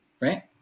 right